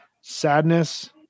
Sadness